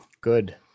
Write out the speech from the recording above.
Good